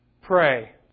Pray